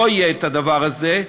לא יהיה הדבר הזה,